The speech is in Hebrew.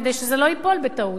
כדי שזה לא ייפול בטעות.